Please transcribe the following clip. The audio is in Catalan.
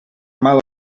mal